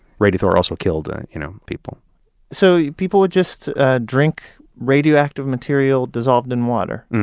radithor also killed, you know, people so people would just drink radioactive material dissolved in water?